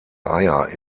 eier